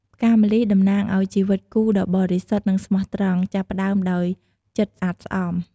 ផ្កាម្លិះ តំណាងអោយ ជីវិតគូដ៏បរិសុទ្ធ និងស្មោះត្រង់ ចាប់ផ្តើមដោយចិត្តស្អាតស្អំ ។